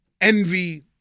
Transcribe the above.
envy